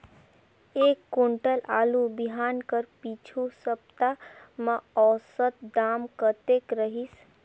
एक कुंटल आलू बिहान कर पिछू सप्ता म औसत दाम कतेक रहिस?